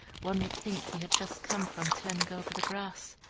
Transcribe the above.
one would think he had just come from turning over the grass.